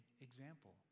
example